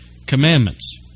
Commandments